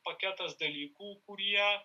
paketas dalykų kurie